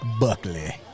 Buckley